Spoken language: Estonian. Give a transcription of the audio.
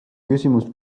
küsimus